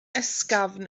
ysgafn